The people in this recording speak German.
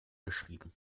geschrieben